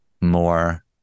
more